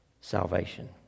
salvation